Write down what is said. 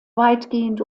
weitgehend